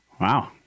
Wow